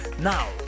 Now